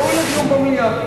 לדיון במליאה.